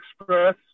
Express